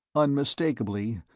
unmistakably,